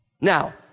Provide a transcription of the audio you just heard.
Now